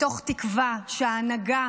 מתוך תקווה שההנהגה